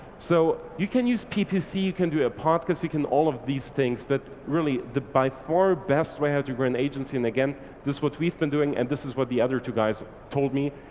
so you can use ppc, you can do a podcast, you can all of these things but really the by for best way ah to grow an agency, and again this is what we've been doing and this is what the other two guys told me,